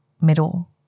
middle